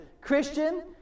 Christian